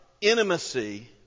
intimacy